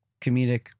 Comedic